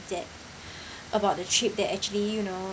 that about the trip that actually you know